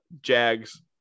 Jags